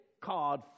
card